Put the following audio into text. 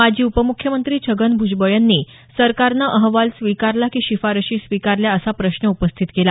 माजी उपमुख्यमंत्री छगन भ्जबळ यांनी सरकारनं अहवाल स्वीकारला की शिफारसी स्वीकारल्या असा प्रश्न उपस्थित केला